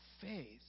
faith